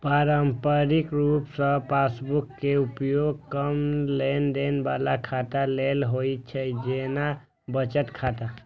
पारंपरिक रूप सं पासबुक केर उपयोग कम लेनदेन बला खाता लेल होइ छै, जेना बचत खाता